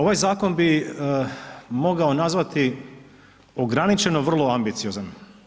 Ovaj zakon bi mogao nazvati ograničeno vrlo ambiciozan.